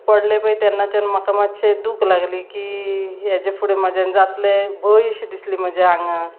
पडलें पय तेन्नाच्यान म्हाका मातशें दूख लागली की हेजे फुडें म्हज्यान जातलें भंयशी दिसली म्हज्या आंगाक